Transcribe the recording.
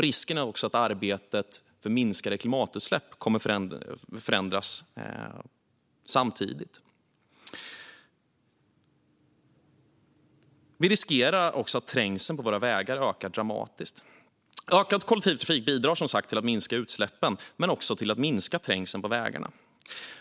Risken är också att arbetet för minskade klimatutsläpp samtidigt kommer att förändras. Vi riskerar också att trängseln på våra vägar ökar dramatiskt. Ökad kollektivtrafik bidrar till att minska utsläppen men också till att minska trängseln på vägarna.